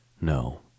No